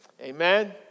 Amen